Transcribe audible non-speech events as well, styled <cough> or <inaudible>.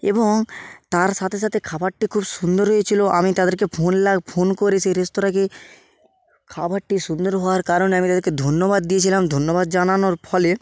এবং তার সাথে সাথে খাবারটি খুব সুন্দর হয়েছিল আমি তাদেরকে ফোন <unintelligible> ফোন করে সে রেস্তরাঁকে খাবারটি সুন্দর হওয়ার কারণে আমি তাদেরকে ধন্যবাদ দিয়েছিলাম ধন্যবাদ জানানোর ফলে